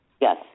Yes